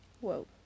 whoa